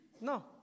No